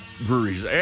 breweries